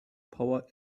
power